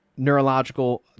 Neurological